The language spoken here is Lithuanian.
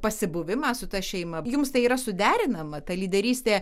pasibuvimą su ta šeima jums tai yra suderinama ta lyderystė